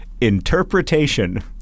interpretation